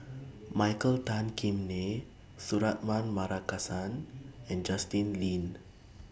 Michael Tan Kim Nei Suratman Markasan and Justin Lean